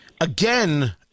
Again